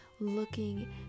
looking